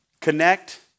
Connect